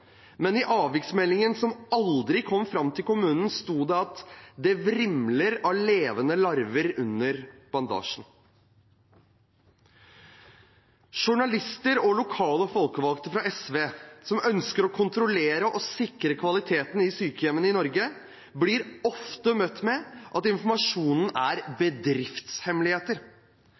Men i avviksmeldingen, som aldri kom fram til kommunen, sto det at det vrimlet av levende larver under bandasjen. Journalister og lokale folkevalgte fra SV som ønsker å kontrollere og sikre kvaliteten i sykehjemmene i Norge, blir ofte møtt med at informasjonen er bedriftshemmeligheter.